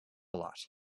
lot